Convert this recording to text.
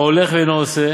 הולך ואינו עושה,